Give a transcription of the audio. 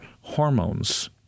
hormones